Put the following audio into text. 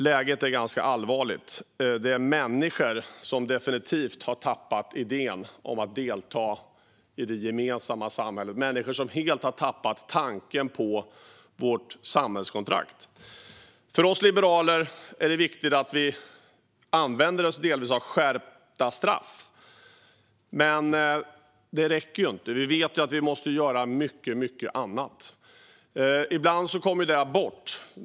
Läget är ganska allvarligt. Det är människor som definitivt har tappat idén om att delta i det gemensamma samhället - människor som helt har tappat tanken på vårt samhällskontrakt. För oss liberaler är det viktigt att vi delvis använder oss av skärpta straff, men det räcker inte. Vi vet ju att vi måste göra mycket, mycket annat. Ibland kommer detta bort.